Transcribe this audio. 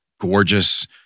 gorgeous